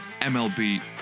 MLB